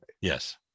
yes